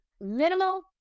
minimal